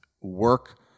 work